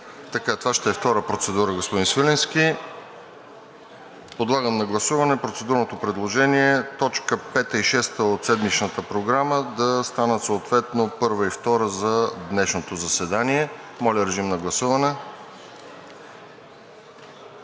Това ще е втора процедура, господин Свиленски. Подлагам на гласуване процедурното предложение точки пета и шеста от седмичната Програма да станат съответно точки първа и втора за днешното заседание. Гласували